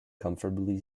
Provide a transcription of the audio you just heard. comfortably